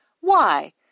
Why